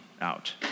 out